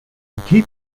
keep